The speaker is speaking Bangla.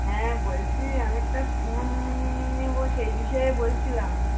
হ্যাঁ বলছি আমি একটা ফোন নেবো সেই বিষয়ে বলছিলাম